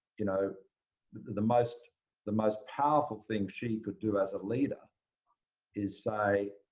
you know the most the most powerful thing xi could do as a leader is say,